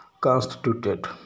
constituted